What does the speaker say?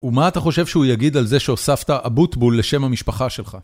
ומה אתה חושב שהוא יגיד על זה שהוספת אבוטבול לשם המשפחה שלך?